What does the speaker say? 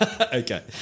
Okay